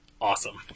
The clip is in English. Awesome